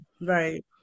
Right